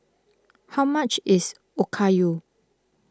how much is Okayu